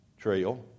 trail